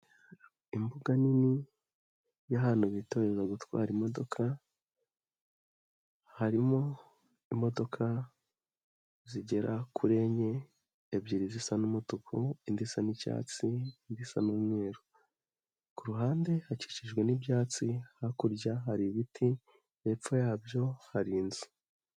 Imbuga nini y'ahantu bitoreza gutwara imodoka, harimo imodoka zigera kuri enye, ebyiri zisa n'umutuku indi isa n'icyatsi, indi isa n'umweru, ku ruhande hakikijwe n'ibyatsi, hakurya hari ibiti, hepfo yabyo hari inzu.